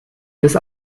des